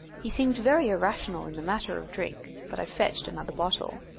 he seemed very irrational in the matter of drink, but i fetched another bottle.